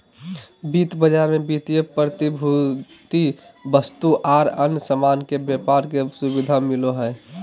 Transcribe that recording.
वित्त बाजार मे वित्तीय प्रतिभूति, वस्तु आर अन्य सामान के व्यापार के सुविधा मिलो हय